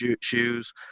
shoes